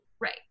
right